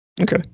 Okay